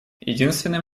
единственным